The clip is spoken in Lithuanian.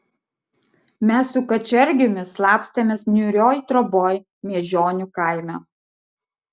mes su kačergiumi slapstėmės niūrioj troboj miežionių kaime